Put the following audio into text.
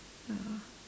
ya